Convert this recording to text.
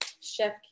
chef